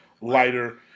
lighter